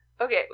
Okay